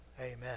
Amen